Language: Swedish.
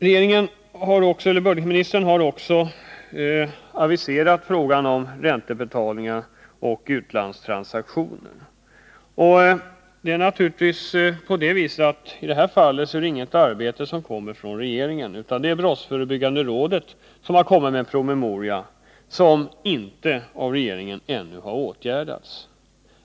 Budgetministern har också aviserat frågan om räntebetalningar och utlandstransaktioner. I det här fallet är det inte fråga om något arbete som kommer från regeringen, utan det är brottsförebyggande rådet som har kommit med en promemoria — som ännu inte har åtgärdats av regeringen.